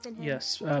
Yes